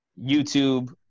YouTube